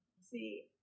see